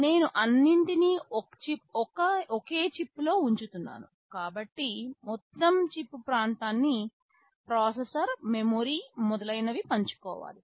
నేను అన్నింటినీ ఒకే చిప్లో ఉంచుతున్నాను కాబట్టి మొత్తం చిప్ ప్రాంతాన్ని ప్రాసెసర్ మెమరీ మొదలైనవి పంచుకోవాలి